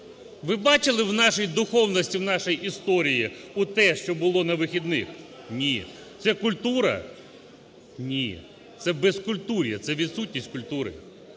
Ви бачили у нашій духовності, у нашій історії от те, що було на вихідних. Ні. Це культура? Ні. Це безкультур'я, це відсутність культури